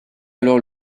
alors